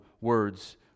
words